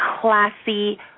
classy